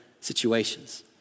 situations